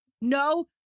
No